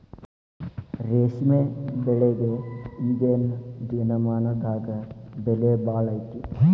ರೇಶ್ಮೆ ಬೆಳಿಗೆ ಈಗೇನ ದಿನಮಾನದಾಗ ಬೆಲೆ ಭಾಳ ಐತಿ